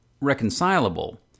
reconcilable